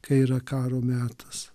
kai yra karo metas